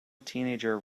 teenager